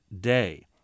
day